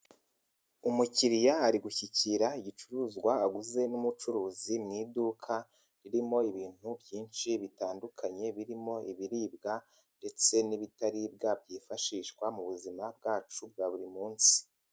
Umukiriya ari gushyikira igicuruzwa aguze n'umucuruzi mu iduka ririmo ibintu byinshi bitandukanye, birimo ibiribwa ndetse n'ibitaribwa, byifashishwa mu buzima bwacu bwa buri munsi.